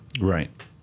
Right